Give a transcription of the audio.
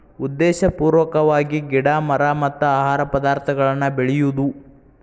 ಉದ್ದೇಶಪೂರ್ವಕವಾಗಿ ಗಿಡಾ ಮರಾ ಮತ್ತ ಆಹಾರ ಪದಾರ್ಥಗಳನ್ನ ಬೆಳಿಯುದು